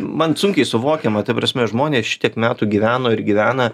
man sunkiai suvokiama ta prasme žmonės šitiek metų gyveno ir gyvena